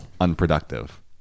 unproductive